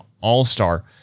All-Star